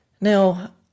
Now